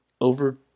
over